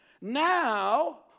now